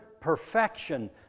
perfection